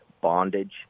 bondage